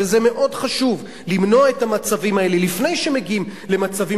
ומאוד חשוב למנוע את המצבים האלה לפני שמגיעים למצבים